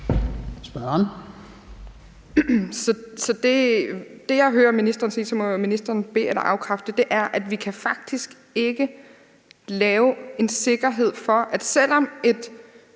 Så det, jeg hører ministeren sige, og så må ministeren be- eller afkræfte det, er, at vi faktisk ikke kan lave en sikkerhed for, at selv om en